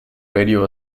radio